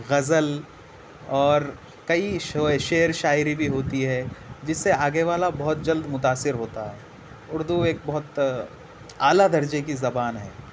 غزل اور کئی شعر و شاعری بھی ہوتی ہے جس سے آگے والا بہت جلد متاثر ہوتا ہے اردو ایک بہت اعلی درجے کی زبان ہے